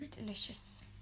delicious